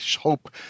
hope